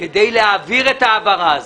כדי להעביר את ההעברה הזאת.